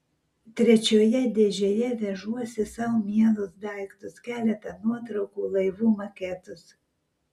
trečioje dėžėje vežuosi sau mielus daiktus keletą nuotraukų laivų maketus